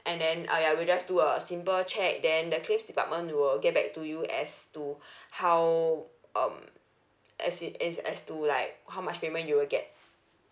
and then ah ya we just do a simple check then the claims department will get back to you as to how um as in is as to like how much payment you will get